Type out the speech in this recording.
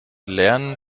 lernen